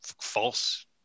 false